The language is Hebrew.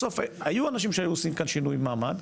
בסוף היו אנשים שהיו עושים כאן שינויי מעמד,